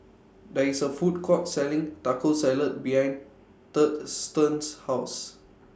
There IS A Food Court Selling Taco Salad behind Thurston's House